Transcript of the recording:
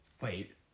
wait